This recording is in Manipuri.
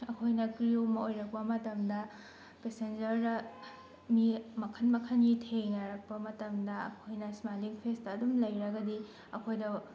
ꯑꯩꯈꯣꯏꯅ ꯀ꯭ꯔꯤꯌꯨ ꯑꯃ ꯑꯣꯏꯔꯛꯄ ꯃꯇꯝꯗ ꯄꯦꯁꯦꯟꯖꯔꯗ ꯃꯤ ꯃꯈꯜ ꯃꯈꯜꯒꯤ ꯊꯦꯡꯅꯔꯛꯄ ꯃꯇꯝꯗ ꯑꯩꯈꯣꯏꯅ ꯁ꯭ꯃꯥꯏꯜꯂꯤꯡ ꯐꯦꯁꯇ ꯑꯗꯨꯝ ꯂꯩꯔꯒꯗꯤ ꯑꯩꯈꯣꯏꯗꯣ